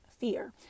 fear